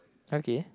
okay